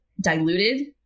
diluted